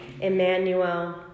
Emmanuel